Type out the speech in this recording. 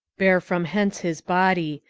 bear from hence his body,